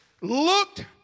looked